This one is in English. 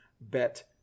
bet